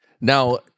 Now